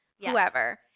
whoever